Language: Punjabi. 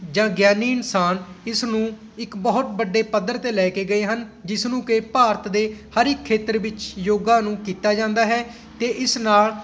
ਜਾਂ ਗਿਆਨੀ ਇਨਸਾਨ ਇਸ ਨੂੰ ਇੱਕ ਬਹੁਤ ਵੱਡੇ ਪੱਧਰ 'ਤੇ ਲੈ ਕੇ ਗਏ ਹਨ ਜਿਸ ਨੂੰ ਕਿ ਭਾਰਤ ਦੇ ਹਰ ਇੱਕ ਖੇਤਰ ਵਿੱਚ ਯੋਗਾ ਨੂੰ ਕੀਤਾ ਜਾਂਦਾ ਹੈ ਅਤੇ ਇਸ ਨਾਲ